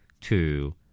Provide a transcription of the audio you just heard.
two